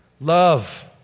Love